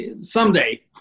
someday